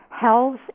Health